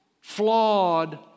flawed